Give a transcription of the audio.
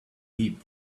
deep